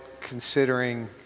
considering